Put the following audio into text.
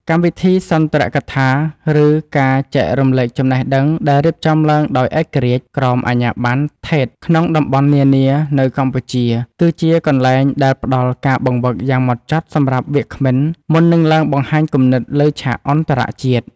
កម្មវិធីសន្ទរកថា ឬការចែករំលែកចំណេះដឹងដែលរៀបចំឡើងដោយឯករាជ្យ ក្រោមអាជ្ញាប័ណ្ណ ថេត ក្នុងតំបន់នានានៅកម្ពុជា គឺជាកន្លែងដែលផ្ដល់ការបង្វឹកយ៉ាងហ្មត់ចត់សម្រាប់វាគ្មិនមុននឹងឡើងបង្ហាញគំនិតលើឆាកអន្តរជាតិ។